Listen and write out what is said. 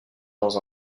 dans